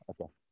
okay